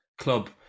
club